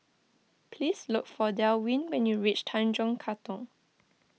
please look for Delwin when you reach Tanjong Katong